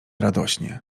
radośnie